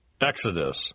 Exodus